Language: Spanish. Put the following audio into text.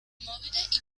móviles